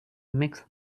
mix